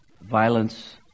violence